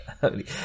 holy